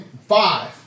five